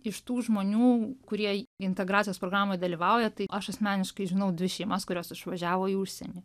iš tų žmonių kurie integracijos programoje dalyvauja tai aš asmeniškai žinau dvi šeimas kurios išvažiavo į užsienį